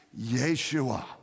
Yeshua